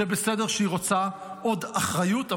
זה בסדר שהיא רוצה עוד אחריות,